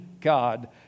God